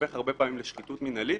הופך הרבה פעמים לשחיתות מנהלית,